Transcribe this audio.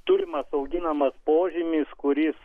turimas auginamas požymis kuris